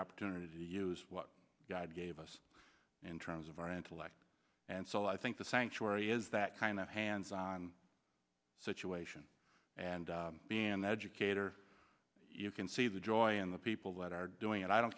opportunity to use what god gave us in terms of our intellect and so i think the sanctuary is that kind of hands on situation and being an educator you can see the joy in the people that are doing it i don't